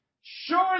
Sure